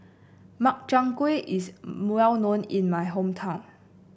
Makchang Gui is well known in my hometown